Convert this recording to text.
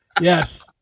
Yes